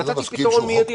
נתתי פתרון מידי.